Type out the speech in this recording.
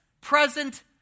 present